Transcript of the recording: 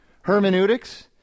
Hermeneutics